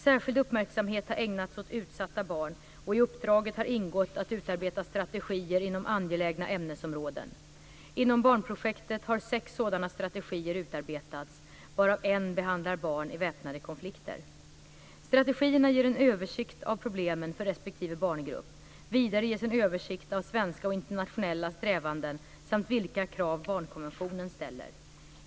Särskild uppmärksamhet har ägnats åt utsatta barn, och i uppdraget har ingått att utarbeta strategier inom angelägna ämnesområden. Inom barnprojektet har sex sådana strategier utarbetats varav en behandlar barn i väpnade konflikter. Strategierna ger en översikt av problemen för respektive barngrupp. Vidare ges en översikt av svenska och internationella strävanden samt av vilka krav som barnkonventionen ställer.